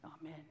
Amen